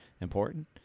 important